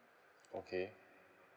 okay